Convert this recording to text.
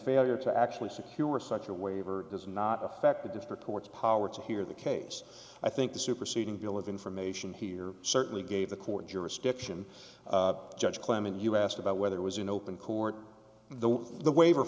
failure to actually secure such a waiver does not effect the district court's power to hear the case i think the superseding bill of information here certainly gave the court jurisdiction judge clement you asked about whether it was in open court though the waiver